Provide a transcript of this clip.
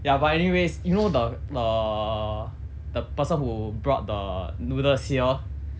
ya but anyway you know the the the person who brought the noodles here